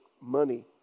money